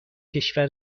کشور